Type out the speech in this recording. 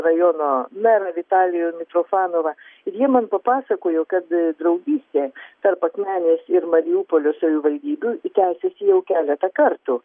rajono merą vitalijų mitrofanovą ir jie man papasakojo kad draugystė tarp akmenės ir mariupolio savivaldybių i tęsiasi jau keletą kartų